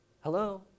Hello